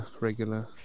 regular